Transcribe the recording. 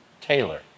Taylor